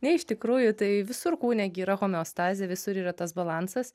ne iš tikrųjų tai visur kūne gi yra homeostazė visur yra tas balansas